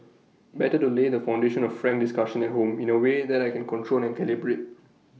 better to lay the foundation of frank discussion at home in A way that I can control and calibrate